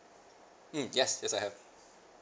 mm yes yes I have